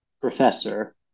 professor